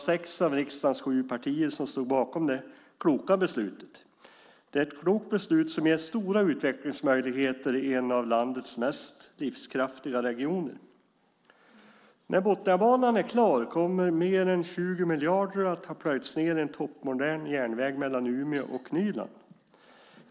Sex av riksdagens sju partier stod bakom det kloka beslutet. Det är ett klokt beslut som ger stora utvecklingsmöjligheter i en av landets mest livskraftiga regioner. När Botniabanan är klar kommer mer än 20 miljarder att ha plöjts ned i en toppmodern järnväg mellan Umeå och Nyland.